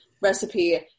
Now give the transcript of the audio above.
recipe